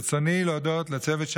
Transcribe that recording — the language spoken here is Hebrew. ברצוני להודות לצוות,